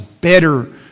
better